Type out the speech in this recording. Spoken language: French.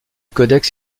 codex